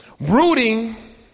Brooding